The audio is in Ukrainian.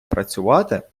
працювати